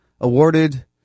awarded